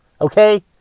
okay